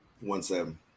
One-seven